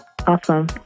Awesome